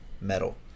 metal